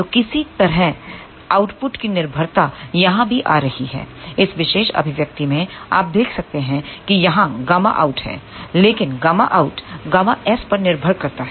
तो किसी तरह आउटपुट की निर्भरता यहां भी आ रही है इस विशेष अभिव्यक्ति में आप देख सकते हैं कि यहां Γout है लेकिन Γout Γs पर निर्भर करता है